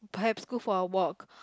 perhaps go for a walk